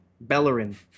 Bellerin